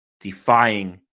defying